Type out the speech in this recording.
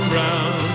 Brown